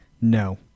no